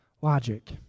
logic